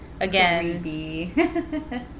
Again